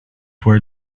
were